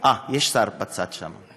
אה, יש שר, בצד שם.